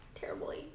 terribly